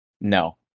No